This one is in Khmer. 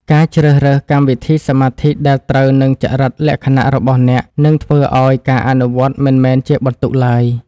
ការជ្រើសរើសកម្មវិធីសមាធិដែលត្រូវនឹងចរិតលក្ខណៈរបស់អ្នកនឹងធ្វើឱ្យការអនុវត្តមិនមែនជាបន្ទុកឡើយ។